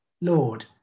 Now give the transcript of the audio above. Lord